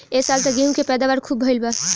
ए साल त गेंहू के पैदावार खूब भइल बा